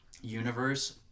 universe